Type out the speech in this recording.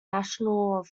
national